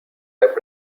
برزیل